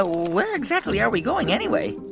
ah where exactly are we going, anyway?